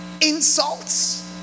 insults